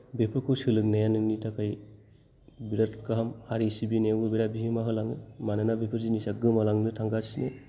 बेफोरखौ सोलोंनाया नोंनि थाखाय बिराद गाहाम हारि सिबिनायावबो बिराद बिहोमा होलाङो मानोना बेफोर जिनिसा गोमालांनो थांगासिनो